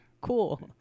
Cool